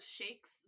shakes